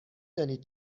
دانید